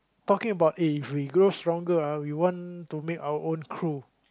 talking about eh if we grow stronger ah we want to make our own crew